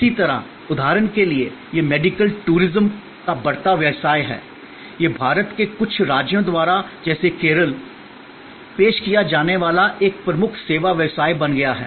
इसी तरह उदाहरण के लिए यह मेडिकल टूरिज्म का बढ़ता व्यवसाय है यह भारत के कुछ राज्यों द्वारा जैसे केरल की तरह पेश किया जाने वाला एक प्रमुख सेवा व्यवसाय बन गया है